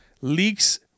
Leaks